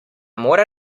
more